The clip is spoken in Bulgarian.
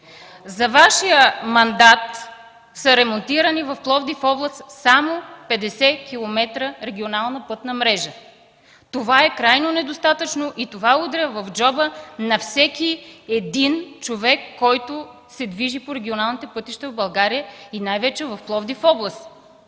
Във Вашия мандат са ремонтирани в Пловдив-област само 50 км регионална пътна мрежа. Това е крайно недостатъчно и удря в джоба на всеки един човек, който се движи по регионалните пътища в България и най-вече в Пловдив-област.